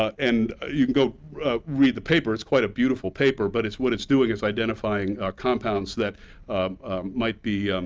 and you can go read the paper. it's quite a beautiful paper but it's what it's doing is identifying compounds that might be